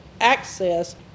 access